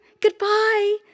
Goodbye